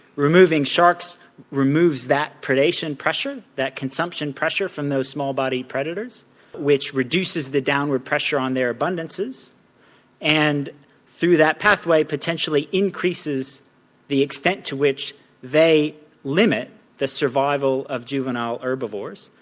removing sharks removes that predation pressure, that consumption pressure from those small-bodied predators which reduces the downward pressure on their abundances and through that pathway potentially increases the extent to which they limit the survival of juvenile herbivores,